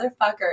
motherfucker